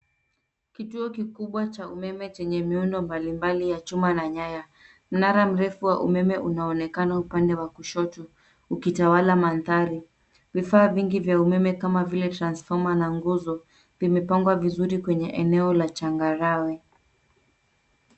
Kituo kikubwa cha umeme chenye miundo mbalimbali ya chuma na nyaya, mnara mrefu wa umeme unaonekana upande wa kushotu, ukitawala mandhari. Vifaa vingi vya umeme kama vile transforma na nguzo vimepangwa vizuri kwenye eneo la changarawe.